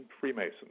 Freemasons